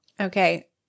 Okay